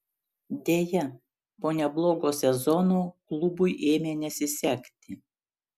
deja po neblogo sezono klubui ėmė nesisekti